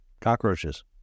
Cockroaches